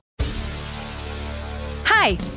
hi